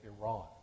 Iran